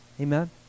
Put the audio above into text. Amen